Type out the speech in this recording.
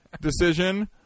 decision